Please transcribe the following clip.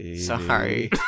Sorry